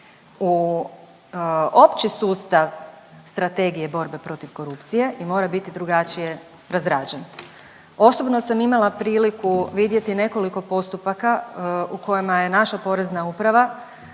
u opći sustav strategije borbe protiv korupcije i mora biti drugačije razrađen. Osobno sam imala priliku vidjeti nekoliko postupaka u kojima je naša Porezna uprava